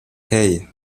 hey